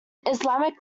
islamic